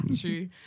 True